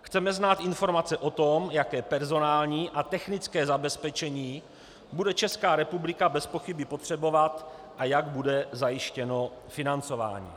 Chceme znát informace o tom, jaké personální a technické zabezpečení bude Česká republika bezpochyby potřebovat a jak bude zajištěno financování.